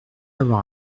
avoir